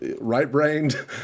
Right-brained